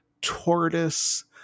tortoise